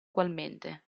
ugualmente